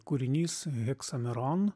kūrinys heksameron